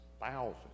thousands